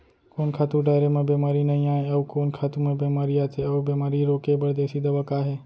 कोन खातू डारे म बेमारी नई आये, अऊ कोन खातू म बेमारी आथे अऊ बेमारी रोके बर देसी दवा का हे?